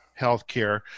healthcare